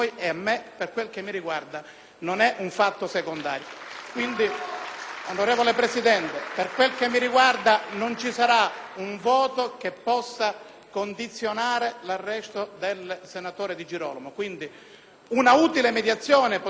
onorevole Presidente, per quel che mi riguarda non ci sarà un voto che possa condizionare l'arresto del senatore Di Girolamo. Un'utile mediazione potrebbe essere l'ordine del giorno G1, che rimanda ad una più giusta